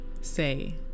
say